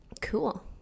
cool